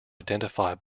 identify